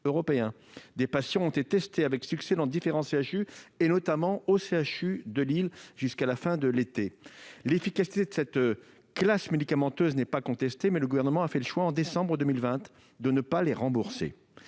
Des patients ont été testés avec succès dans différents CHU, notamment celui de Lille jusqu'à la fin de l'été dernier. L'efficacité de cette classe médicamenteuse n'est pas contestée, mais le Gouvernement a fait le choix en décembre 2020 de ne pas les rembourser,